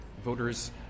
Voters